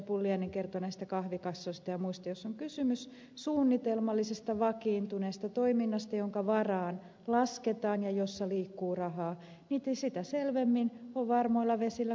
pulliainen kertoi näistä kahvikassoista ja muista joissa on kysymys suunnitelmallisesta vakiintuneesta toiminnasta jonka varaan lasketaan ja jossa liikkuu rahaa niin sitä selvemmin on varmoilla vesillä kun ilmoittaa